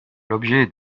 l’objet